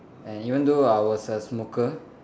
and even though I was a smoker